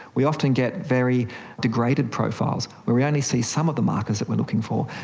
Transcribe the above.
we often get very degraded profiles where we only see some of the markers that we are looking for,